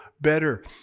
better